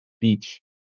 Beach